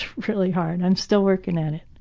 ah really hard. i'm still working on it